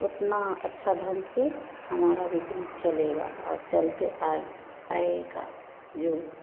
उतना अच्छा ढंग से हमारा बिक्री चलेगा और चलते आएगा जो